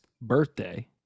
birthday